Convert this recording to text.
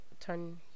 turn